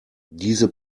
diese